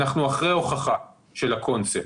אנחנו אחרי הוכחה של הקונספט.